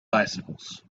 bicycles